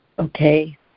Okay